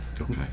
Okay